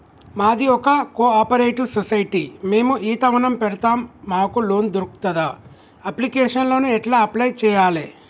మాది ఒక cooperative society మేము ఈత వనం పెడతం మాకు లోన్ దొర్కుతదా? అప్లికేషన్లను ఎట్ల అప్లయ్ చేయాలే?